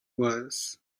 was